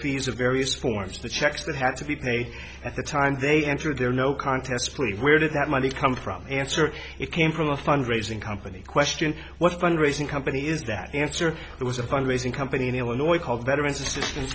are various forms the checks that had to be paid at the time they entered their no contest plea where did that money come from answer it came from a fundraising company question what fundraising company is that answer it was a fundraising company in illinois called veterans assistance